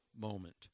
moment